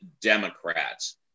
Democrats